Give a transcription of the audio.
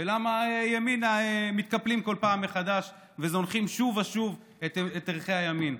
ולמה ימינה מתקפלים כל פעם מחדש וזונחים שוב ושוב את ערכי ימין.